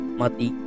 mati